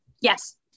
Yes